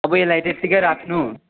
अब यसलाई त्यतिकै राख्नु